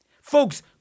Folks